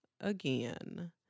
again